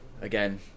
again